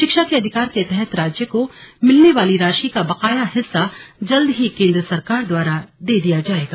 शिक्षा के अधिकार के तहत राज्य को मिलने वाली राशि का बकाया हिस्सा जल्द ही केंद्र सरकार द्वारा दे दिया जाएगा